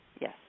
Yes